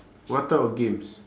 what type of games